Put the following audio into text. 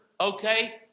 okay